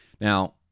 Now